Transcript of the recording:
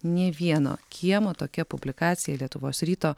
nė vieno kiemo tokia publikacija lietuvos ryto